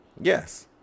Yes